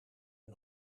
een